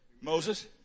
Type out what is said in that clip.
Moses